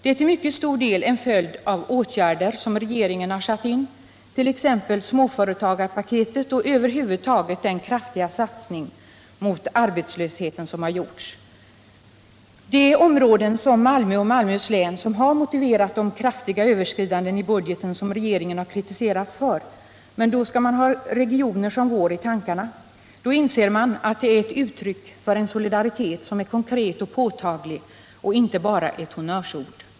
Det är till mycket stor del en följd av åtgärder som regeringen har satt in, t.ex. småföretagarpaketet och den kraftiga satsning mot arbetslösheten som har gjorts. Det är sådana områden som Malmö och Malmöhus län som har motiverat de kraftiga överskridanden i budgeten som regeringen har kritiserats för. Om man då har regioner som vår i tankarna inser man att det är ett uttryck för en solidaritet som är konkret och påtaglig och inte bara ett honnörsord.